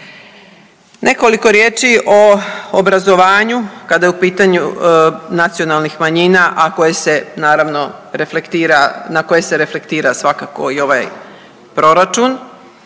Nekoliko riječi o obrazovanju kada je u pitanju nacionalnih manjina, a koje se naravno reflektira, na koje se reflektira svakako i ovaj proračun.